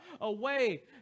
away